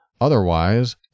Otherwise